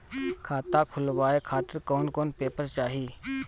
खाता खुलवाए खातिर कौन कौन पेपर चाहीं?